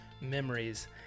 memories